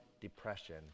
depression